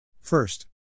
First